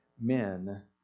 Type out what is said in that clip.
men